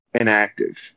Inactive